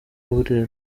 burera